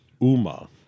Uma